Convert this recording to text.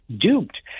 duped